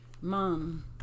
mom